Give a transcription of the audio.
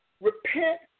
Repent